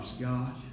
God